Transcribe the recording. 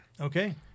Okay